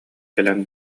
кэлэн